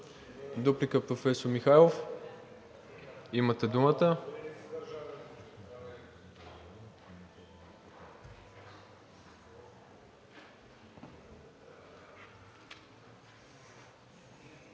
Дуплика – професор Михайлов, имате думата.